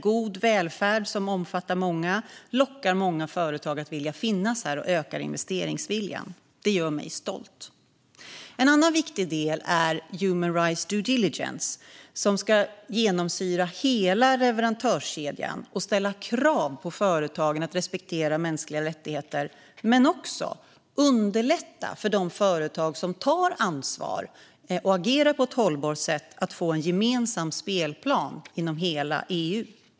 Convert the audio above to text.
God välfärd som omfattar alla lockar många företag att finnas här och ökar investeringsviljan. Det gör mig stolt. En del som också är viktig är human rights due diligence, som ska genomsyra hela leverantörskedjan och ställa krav på företagen att respektera mänskliga rättigheter men också underlätta för de företag som tar ansvar och agerar på ett hållbart sätt att få en gemensam spelplan inom hela EU.